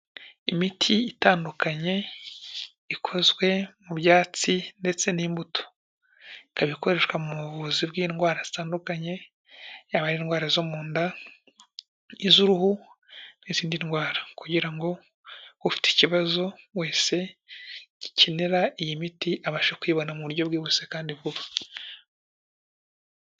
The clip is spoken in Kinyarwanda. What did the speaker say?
Imiti itandukanye ikozwe mu byatsi ndetse n'imbuto, ikaba ikoreshwa mu buvuzi bw'indwara zitandukanye yaba indwara zo mu nda, iz'uruhu n'izindi ndwara kugirango ufite ikibazo wese gikenera iyi miti abashe kuyibona mu buryo bwihuse kandi vuba.